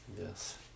Yes